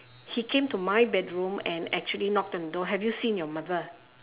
he came to my bedroom and actually knocked on the door have you seen your mother